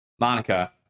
Monica